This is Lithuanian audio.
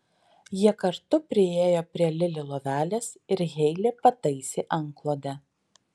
jie kartu priėjo prie lili lovelės ir heilė pataisė antklodę